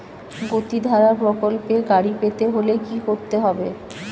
গতিধারা প্রকল্পে গাড়ি পেতে হলে কি করতে হবে?